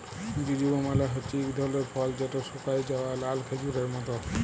জুজুবা মালে হছে ইক ধরলের ফল যেট শুকাঁয় যাউয়া লাল খেজুরের মত